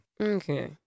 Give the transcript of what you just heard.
Okay